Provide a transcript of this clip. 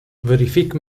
verifique